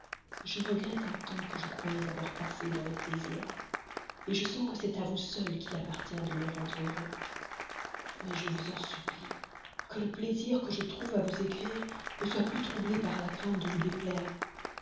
je regrette un temps que je croyais avoir passé dans les plaisirs je sens que c'est à vous seule qu'il appartient de me rendre heureux mais je vous en supplie que le plaisir que je trouve à vous écrire ne soit plus troublé par la crainte de vous déplaire